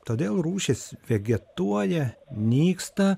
todėl rūšys vegetuoja nyksta